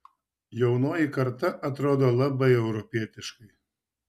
jaunoji karta atrodo labai europietiškai